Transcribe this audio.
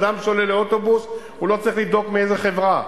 אדם שעולה לאוטובוס לא צריך לדאוג איזו חברה.